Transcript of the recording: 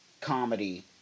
comedy